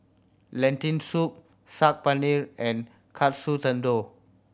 Lentil Soup Saag Paneer and Katsu Tendon